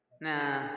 Nah